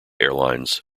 airlines